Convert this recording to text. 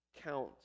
count